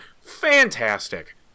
fantastic